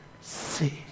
see